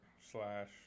slash